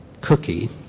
cookie